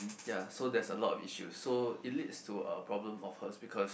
ya so there's a lot of issue so it leads to a problem of hers because